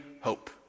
hope